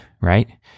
right